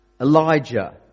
Elijah